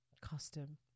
Custom